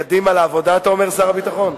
קדימה לעבודה, אתה אומר, שר הביטחון?